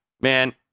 man